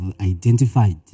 identified